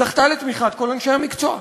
זכתה לתמיכת כל אנשי המקצוע.